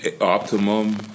Optimum